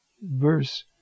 verse